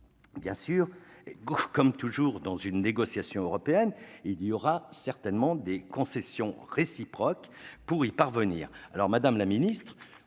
Bien sûr, et comme toujours dans une négociation européenne, il y aura certainement des concessions réciproques pour parvenir à un accord. Madame la secrétaire